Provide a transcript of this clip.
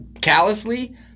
callously